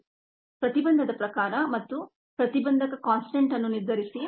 type of inhibition ಪ್ರತಿಬಂಧದ ಪ್ರಕಾರ ಮತ್ತು ಇನ್ಹಿಬಿಷನ್ ಕಾನ್ಸ್ಟಂಟ್ ಅನ್ನು ನಿರ್ಧರಿಸಿ